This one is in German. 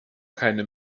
keine